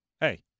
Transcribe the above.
Hey